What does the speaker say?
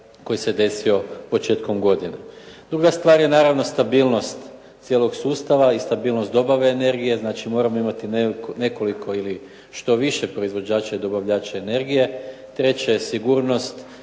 koji se desio početkom godine. Druga stvar je naravno stabilnost cijelog sustava i stabilnost dobave energije, znači moramo imati nekoliko ili što više proizvođača i dobavljača energije. Treće je sigurnost